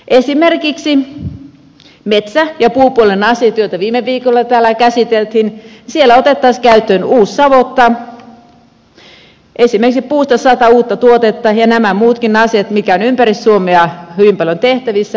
esimerkiksi metsä ja puupuolen asioissa joita viime viikolla täällä käsiteltiin otettaisiin käyttöön uusi savotta esimerkiksi puusta sata uutta tuotetta ja nämä muutkin asiat mitkä ovat ympäri suomea hyvin paljon tehtävissä